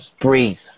Breathe